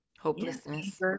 hopelessness